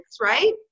Right